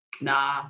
Nah